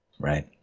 Right